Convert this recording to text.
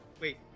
wait